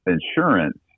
insurance